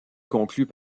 conclut